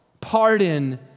Pardon